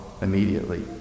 immediately